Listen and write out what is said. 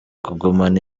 kugumana